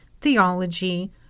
theology